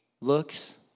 looks